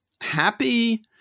happy